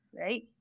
right